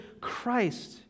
Christ